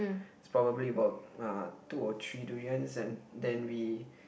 it's probably about ah two or three durians and then we